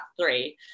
three